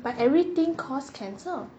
but everything cause cancer